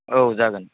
औ जागोन